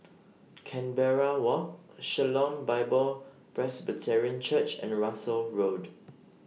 Canberra Walk Shalom Bible Presbyterian Church and Russels Road